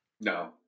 no